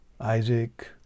Isaac